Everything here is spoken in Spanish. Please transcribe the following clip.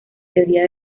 teoría